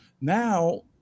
Now